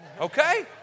Okay